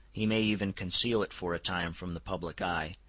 he may even conceal it for a time from the public eye,